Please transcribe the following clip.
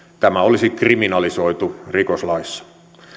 tämä olisi kriminalisoitu rikoslaissa